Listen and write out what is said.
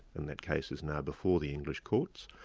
and that case is now before the english courts.